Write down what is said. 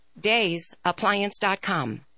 DaysAppliance.com